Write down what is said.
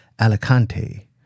Alicante